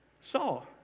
Saw